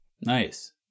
Nice